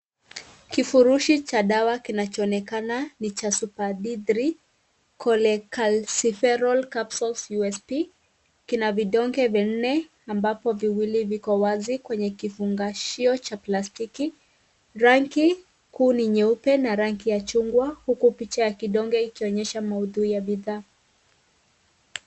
Kifurushi cha dawa kinachoonekana ni cha Super D3 Cholecalciferol Capsules USP, kina vidonge vinne ambapo viwili viko wazi kwenye kifungashio cha plastiki. Rangi kuu ni nyeupe na rangi ya chungwa huku picha ya kidonge ikionyesha maudhui ya bidhaa.